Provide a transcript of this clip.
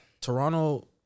Toronto